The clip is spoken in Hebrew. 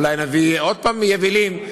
אולי נביא עוד פעם יבילים,